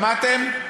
שמעתם?